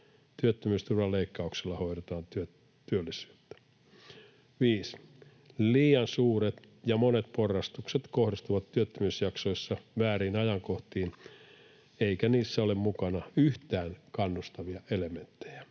Työttömyysturvaleikkauksilla hoidetaan työllisyyttä. 5) Liian suuret ja monet porrastukset kohdistuvat työttömyysjaksoissa vääriin ajankohtiin, eikä niissä ole mukana yhtään kannustavia elementtejä.